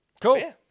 Cool